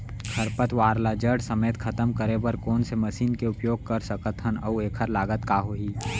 खरपतवार ला जड़ समेत खतम करे बर कोन से मशीन के उपयोग कर सकत हन अऊ एखर लागत का होही?